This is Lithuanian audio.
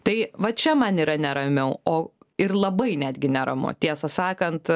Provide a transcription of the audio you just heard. tai va čia man yra neramiau o ir labai netgi neramu tiesą sakant